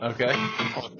Okay